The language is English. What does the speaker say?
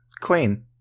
Queen